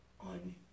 on